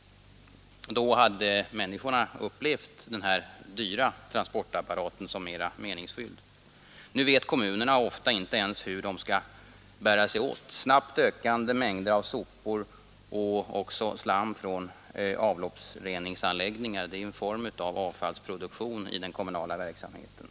Då hade människorna upplevt den här dyra transportapparaten som mera meningsfylld. Nu vet kommunerna ofta inte ens hur de skall bära sig åt med snabbt ökande mängder av sopor och även slam från avloppsreningsanläggningar — det är ju en form av avfallsproduktion i den kommunala verksamheten.